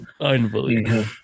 Unbelievable